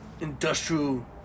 industrial